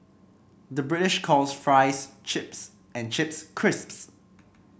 the British calls fries chips and chips crisps